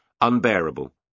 unbearable